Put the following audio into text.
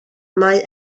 mae